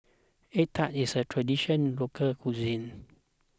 Egg Tart is a Traditional Local Cuisine